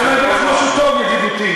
אני רוצה להגיד לך משהו טוב, ידידותי.